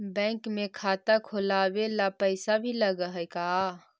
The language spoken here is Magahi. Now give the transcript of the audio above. बैंक में खाता खोलाबे ल पैसा भी लग है का?